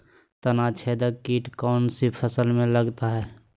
तनाछेदक किट कौन सी फसल में लगता है?